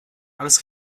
als